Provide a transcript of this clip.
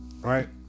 right